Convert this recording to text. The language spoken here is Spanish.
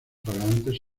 fragantes